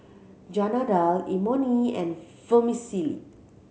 Dal Imoni and Vermicelli